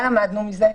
מה למדנו מזה?